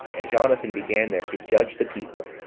and jonathan began there to judge the people,